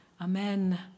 Amen